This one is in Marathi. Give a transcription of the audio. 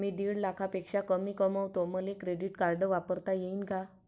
मी दीड लाखापेक्षा कमी कमवतो, मले क्रेडिट कार्ड वापरता येईन का?